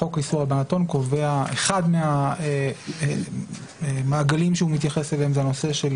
חוק איסור הלבנת הון קובע אחד מהמעגלים שהוא מתייחס אליהם זה הנושא של